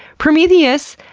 prometheus,